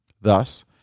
Thus